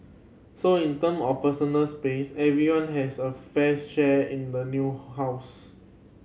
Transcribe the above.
so in term of personal space everyone has a fair share in the new house